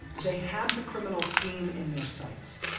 they had the criminal scheme in their sites.